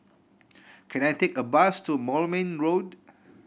can I take a bus to Moulmein Road